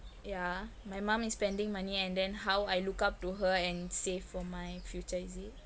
yeah my mum is spending money and then how I look up to her and save for my future is it